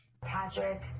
Patrick